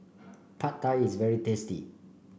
Pad Thai is very tasty